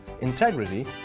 integrity